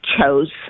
chose